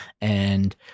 and-